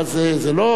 זה לא שפתאום,